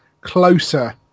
closer